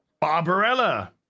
Barbarella